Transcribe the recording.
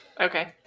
Okay